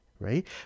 right